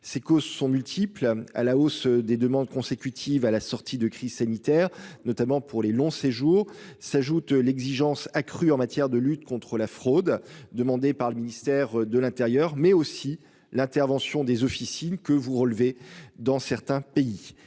ses causes sont multiples. À la hausse des demandes consécutives à la sortie de crise sanitaire, notamment pour les longs séjours s'ajoute l'exigence accrue en matière de lutte contre la fraude demandée par le ministère de l'Intérieur mais aussi l'intervention des officines que vous relevez dans certains pays